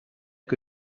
que